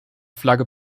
flagge